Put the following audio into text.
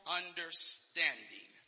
understanding